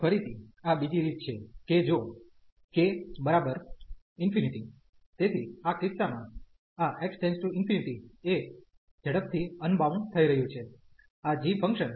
ફરીથી આ બીજી રીત છે કે જો k ∞ તેથી આ કિસ્સામાં આ x→∞ એ ઝડપથી અનબાઉન્ડ થઈ રહ્યું છે આ g ફંકશન